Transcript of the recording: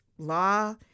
law